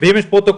אם יש פרוטוקולים,